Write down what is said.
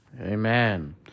Amen